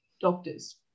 doctors